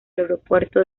aeropuerto